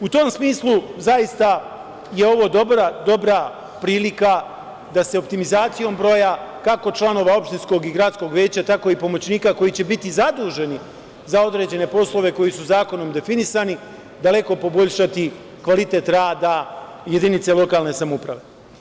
U tom smislu, zaista je ovo dobra prilika da se optimizacijom broja, kako članova opštinskog i gradskog veća, tako i pomoćnika koji će biti zaduženi za određene poslove koji su zakonom definisani, daleko poboljšati kvalitet rada jedinice lokalne samouprave.